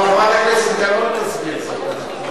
אבל חברת הכנסת גלאון תסביר זאת.